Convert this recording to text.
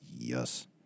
Yes